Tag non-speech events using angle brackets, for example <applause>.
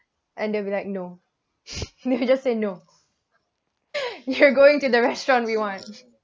and they'll be like no <laughs> they just say no <laughs> you're going to the restaurant we want